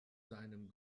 seinem